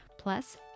Plus